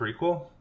prequel